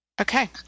Okay